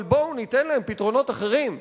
אבל בואו ניתן להם פתרונות אחרים.